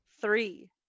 three